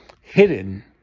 hidden